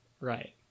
Right